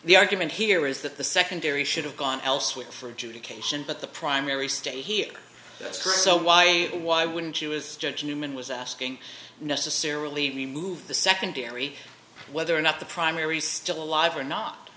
the argument here is that the secondary should have gone elsewhere for jude occasion but the primary stay here so why why wouldn't you as judge newman was asking necessarily remove the secondary whether or not the primary still alive or not